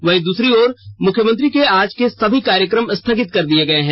वहीं दूसरी ओर मुख्यमंत्री के आज के सभी कार्यक्रम स्थगित कर दिए गए हैं